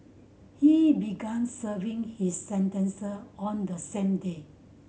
he began serving his sentence on the same day